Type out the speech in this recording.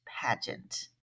Pageant